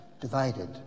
divided